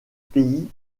pays